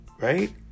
right